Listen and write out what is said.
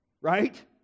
right